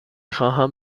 خواهم